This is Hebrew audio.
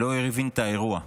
לא הבין את האירוע.